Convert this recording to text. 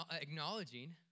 acknowledging